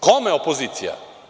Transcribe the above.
Kome opozicija?